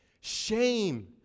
shame